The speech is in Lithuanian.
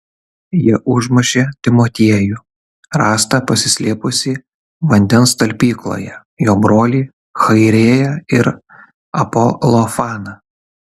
jie užmušė timotiejų rastą pasislėpusį vandens talpykloje jo brolį chairėją ir apolofaną